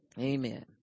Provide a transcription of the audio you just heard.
Amen